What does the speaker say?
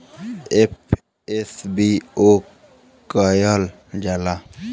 FSBO कहल जाला